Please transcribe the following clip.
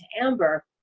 amber